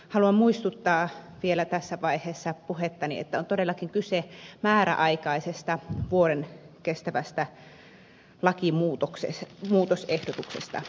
haluan muistuttaa vielä tässä vaiheessa puhettani että on todellakin kyse määräaikaisesta vuoden kestävästä lakimuutosehdotuksesta